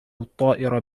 الطائر